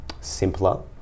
simpler